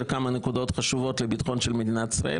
כמה נקודות חשובות לביטחון של מדינת ישראל,